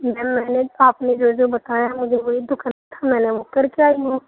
میم میں نے آپ نے جو جو بتایا مجھے وہی تو کرنا تھا میں نا وہ کر کے آئی ہوں